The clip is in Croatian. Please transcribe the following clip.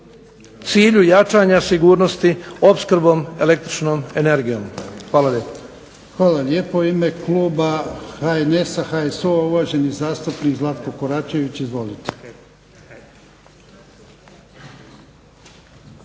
cilju jačanja sigurnosti opskrbom električnom energijom. Hvala lijepa.